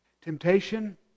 Temptation